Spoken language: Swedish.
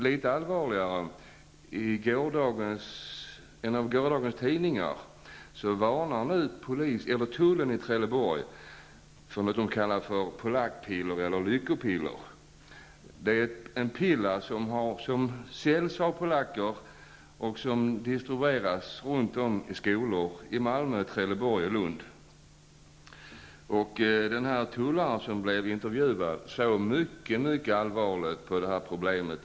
Än allvarligare är att i en av gårdagens tidningar varnar tullen i Trelleborg för något som kallas för polackpiller eller lyckopiller. Det är piller som säljs av polacker och som distribueras runt om i skolor i Malmö, Trelleborg och Lund. Tullaren som blev intervjuad såg mycket allvarligt på det problemet.